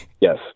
Yes